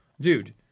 Dude